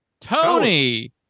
Tony